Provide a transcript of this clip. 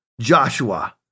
Joshua